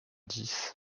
dix